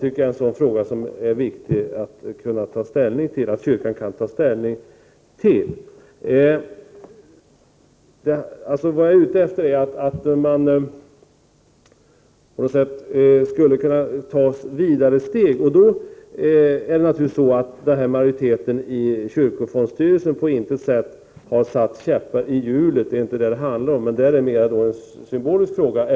Det är viktigt att kyrkan kan ta ställning till frågan. Vad jag är ute efter är att man skulle kunna ta ett vidare steg mot självständigheten. Majoriteten i kyrkofondsstyrelsen har naturligtvis på intet sätt satt käppar i hjulet. Det är inte det saken handlar om, utan det är mera en symbolisk fråga.